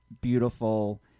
beautiful